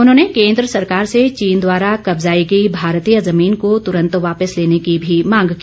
उन्होंने केन्द्र सरकार से चीन द्वारा कब्जाई गई भारतीय जमीन को तुरंत वापिस लेने की भी मांग की